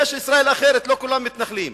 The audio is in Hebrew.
יש ישראל אחרת, לא כולם מתנחלים.